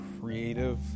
creative